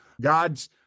God's